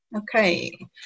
Okay